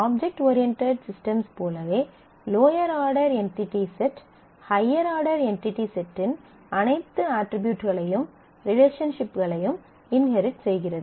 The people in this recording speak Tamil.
ஆப்ஜெக்ட் ஓரியன்டட் சிஸ்டம்ஸ் போலவே lower order entity set higher order entity செட்டின் அனைத்து அட்ரிபியூட்களையும் ரிலேஷன்ஷிப்களையும் இன்ஹெரிட் செய்கிறது